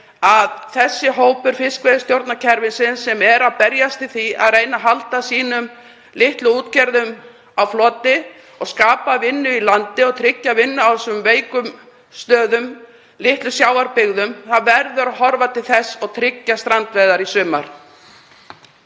að þessi hópur innan fiskveiðistjórnarkerfisins, sem er að berjast í því að reyna að halda sínum litlu útgerðunum á floti og skapa vinnu í landi og tryggja vinnu á þessum veiku stöðum, litlu sjávarbyggðum — það verður að horfa til þess og tryggja strandveiðar í sumar.